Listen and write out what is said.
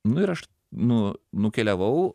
nu ir aš nu nukeliavau